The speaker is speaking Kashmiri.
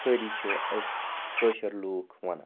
سٲری چھ أسۍ کٲشِر لوٗکھ وَنان